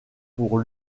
pour